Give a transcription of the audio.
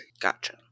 Gotcha